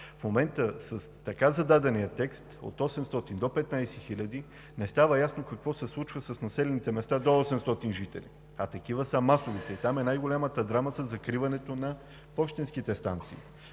В момента с така зададения текст от 800 до 15 000, не става ясно какво се случва с населените места с до 800 жители, а такива са масовите. И там е най-голямата драма със закриването на пощенските станции.